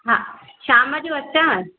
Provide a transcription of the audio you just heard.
हा शाम जो अचां